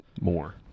more